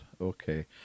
okay